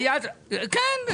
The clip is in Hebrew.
כן.